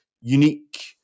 unique